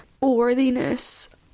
worthiness